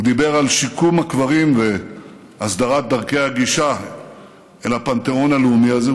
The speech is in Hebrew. הוא דיבר על שיקום הקברים והסדרת דרכי הגישה אל הפנתיאון הלאומי הזה,